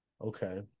Okay